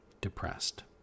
depressed